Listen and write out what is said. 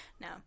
No